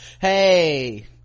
Hey